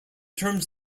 terms